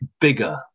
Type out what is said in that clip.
bigger